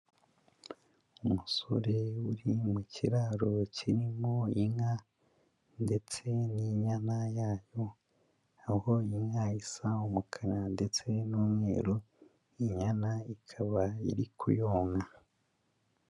Umusore uri mu kiraro kirimo inka ndetse n'inyana yayo, aho inka isa umukara ndetse n'umweru, inyana ikaba iri kuyonka.